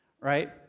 right